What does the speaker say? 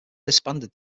disbanded